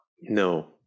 No